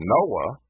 Noah